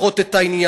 לדחות את העניין.